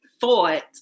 thought